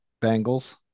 Bengals